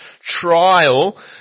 trial